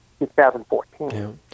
2014